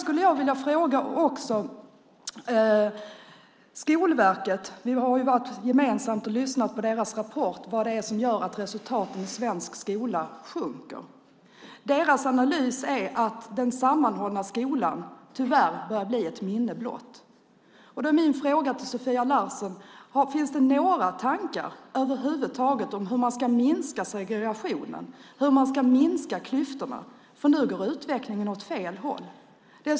Båda har vi lyssnat på Skolverkets rapport om vad det är som gör att resultaten i den svenska skolan sjunker. Skolverkets analys är att den sammanhållna skolan tyvärr börjar bli ett minne blott. Därför vill jag fråga Sofia Larsen om det över huvud taget finns några tankar på hur man ska minska segregationen och klyftorna. Nu går utvecklingen åt fel håll.